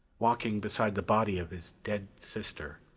walking beside the body of his dead sister,